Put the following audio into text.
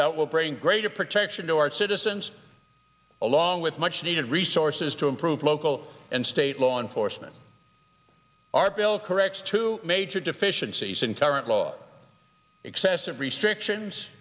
that will bring greater protection to our citizens along with much needed resources to improve local and state law enforcement our bill corrects two major deficiencies in current law excessive restrictions